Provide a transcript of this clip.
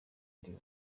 rivuze